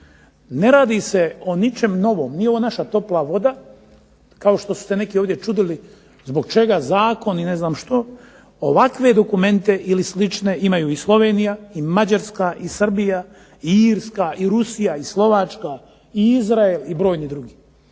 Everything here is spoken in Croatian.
Ne radi se o ničem novom, nije ovo naša topla voda kao što su se neki ovdje čudili zbog čega zakon i ne znam što, ovakve dokumente ili slične imaju i Slovenija i Mađarska i Srbija i Irska i Rusija i Slovačka i Izrael i brojni drugi.